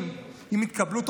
אם התקבלו במשוא פנים,